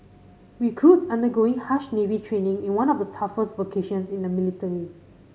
recruits undergoing harsh Navy training in one of the toughest vocations in the military